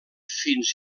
fins